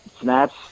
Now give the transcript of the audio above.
snaps